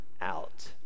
out